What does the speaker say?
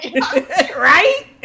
Right